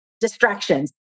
distractions